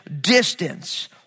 distance